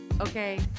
okay